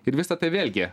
ir visa tai vėlgi